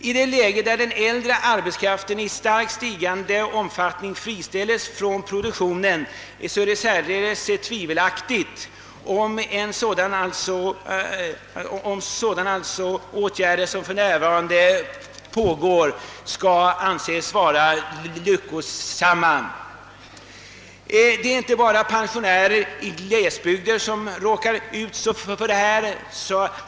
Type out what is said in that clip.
I ett läge där denna äldre arbetskraft i starkt stigande omfattning friställes från produktionen, är det särdeles tvivelaktigt om sådana åtgärder som för närvarande används kan anses vara lyckosamma. Det är inte bara pensionärer i glesbygder som drabbas.